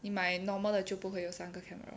你买 normal 的就不会有三个 camera